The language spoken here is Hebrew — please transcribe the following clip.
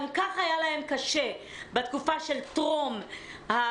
גם כך היה להם קשה בתקופה של טרום הקורונה,